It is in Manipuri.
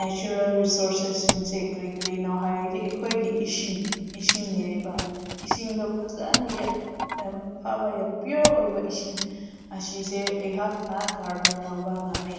ꯅꯦꯆꯔꯦꯜ ꯔꯤꯁꯣꯔꯁꯦꯁ ꯁꯤꯡꯁꯦ ꯀꯔꯤ ꯀꯔꯤꯅꯣ ꯍꯥꯏꯔꯗꯤ ꯑꯩꯈꯣꯏꯒꯤ ꯏꯁꯤꯡ ꯏꯁꯤꯡꯅꯦꯕ ꯏꯁꯤꯡꯗꯣ ꯐꯖꯅ ꯌꯥꯝ ꯌꯥꯝ ꯐꯕ ꯄꯤꯌꯣꯔ ꯑꯣꯏꯕ ꯏꯁꯤꯡ ꯑꯁꯤꯁꯦ ꯑꯩꯍꯥꯛꯅ ꯀꯔꯕꯥꯔ ꯇꯧꯕ ꯉꯝꯃꯦ